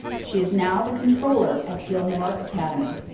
she is now the controller at gilmour academy.